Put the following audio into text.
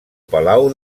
palau